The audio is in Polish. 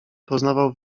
poznawał